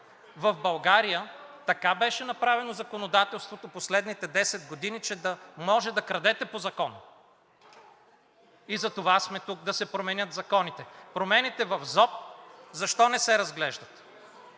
в България така беше направено законодателството последните 10 години, че да може да крадете по закон. И затова сме тук – да се променят заканите. Промените в ЗОП защо не се разглеждат